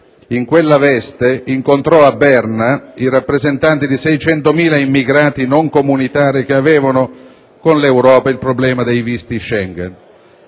In quella veste incontrò a Berna il rappresentante di 600.000 immigrati non comunitari che avevano con l'Europa il problema dei visti di Schengen.